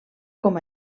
com